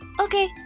okay